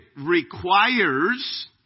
requires